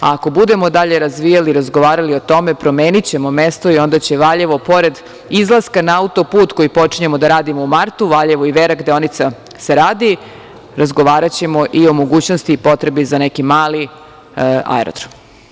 Ako budemo dalje razvijali i razgovarali o tome promenićemo mesto i onda će Valjevo pored izlaska na auto-put koji počinjemo da radimo u martu, Valjevo-Iverak deonica se radi, razgovaraćemo i o mogućnosti i potrebi za neki mali aerodrom.